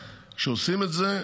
כשעושים את זה,